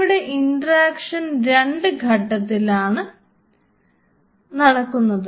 ഇവിടെ ഇൻട്രാക്ഷൻ 2 ഘട്ടത്തിൽ ആണ് നടക്കുന്നത്